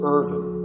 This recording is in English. Irvin